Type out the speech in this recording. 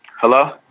hello